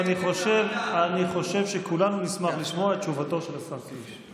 אני חושב שכולנו נשמח לשמוע את תשובתו של השר קיש.